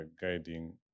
guiding